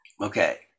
okay